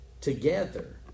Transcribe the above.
Together